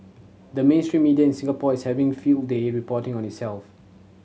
the mainstream media in Singapore is having field day reporting on itself